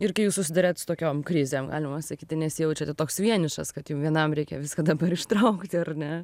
ir kai jūs susiduriat su tokiom krizėm galima sakyti nesijaučiate toks vienišas kad jum vienam reikia viską dabar ištraukti ar ne